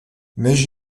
než